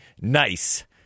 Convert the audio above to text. Nice